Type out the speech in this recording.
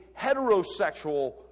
heterosexual